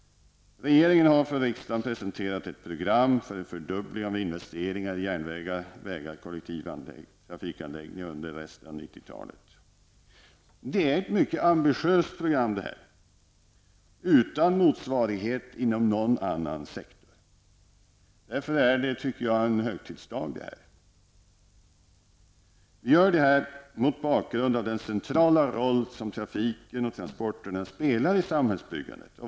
Regeringen har för riksdagen presenterat ett program för en fördubbling av investeringarna i järnvägar, vägar och kollektivtrafikanläggningar under återstoden av 1990-talet. Det är ett mycket ambitiöst program utan motsvarighet inom någon annan sektor. Därför tycker jag detta är en högtidsdag. Vi genomför detta program mot bakgrund av den centrala roll som trafiken och transporterna spelar i samhällsbyggandet.